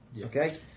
Okay